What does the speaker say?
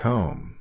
Home